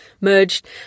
merged